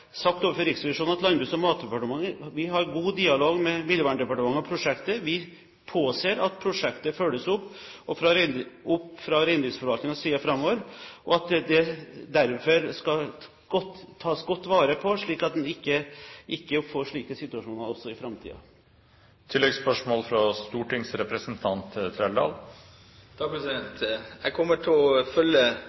sagt til Riksrevisjonen at Landbruks- og matdepartementet har god dialog med Miljøverndepartementet om prosjektet. Vi påser at prosjektet følges opp fra reindriftsforvaltningens side framover, og at det tas godt vare på, slik at en ikke får slike situasjoner også i framtiden. Jeg vil følge statsråden nøye neste år for å se hva Riksrevisjonen kommer til å